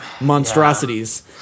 monstrosities